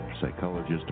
psychologist